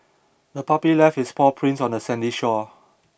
the puppy left its paw prints on the sandy shore